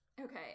Okay